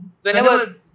whenever